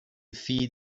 feed